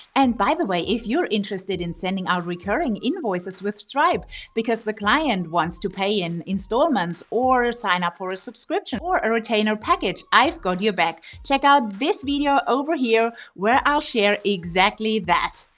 and by the way, if you're interested in sending out recurring invoices with stripe because the client wants to pay in instalments or sign up for a subscription or a retainer package, i've got your back. check out this video over here, where i'll share exactly that.